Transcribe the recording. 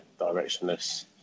directionless